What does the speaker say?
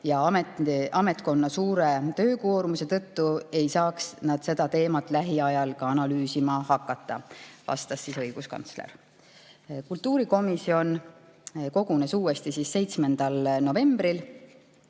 ja ametkonna suure töökoormuse tõttu ei saaks nad seda teemat lähiajal ka analüüsima hakata. Nii vastas siis õiguskantsler. Kultuurikomisjon kogunes uuesti 7. novembril.